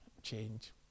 change